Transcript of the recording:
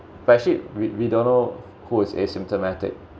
but actually we we don't know who is asymptomatic